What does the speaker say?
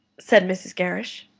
said mrs. gerrish.